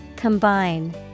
Combine